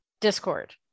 Discord